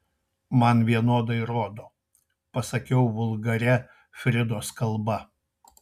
man vienodai rodo pasakiau vulgaria fridos kalba